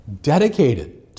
dedicated